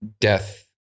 death